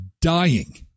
dying